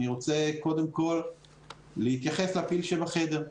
אני רוצה קודם כל להתייחס לפיל שבחדר.